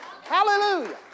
Hallelujah